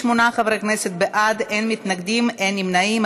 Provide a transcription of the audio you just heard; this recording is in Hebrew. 28 חברי כנסת בעד, אין מתנגדים, אין נמנעים.